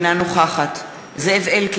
אנחנו נצביע על ההסתייגות של חברי הכנסת זהבה גלאון,